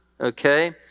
Okay